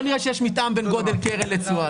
לא נראה לי שיש מתאם בין גודל קרן לתשואה.